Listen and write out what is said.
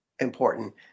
important